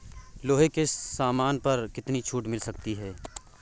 लोहे के सामान पर कितनी छूट मिल सकती है